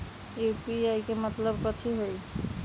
UPI के मतलब कथी होई?